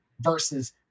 versus